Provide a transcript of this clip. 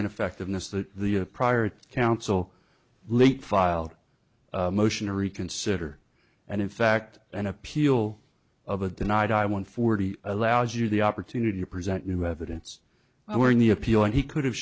ineffectiveness that the a prior to counsel late filed a motion to reconsider and in fact an appeal of a denied i one forty allows you the opportunity to present new evidence were in the appeal and he could have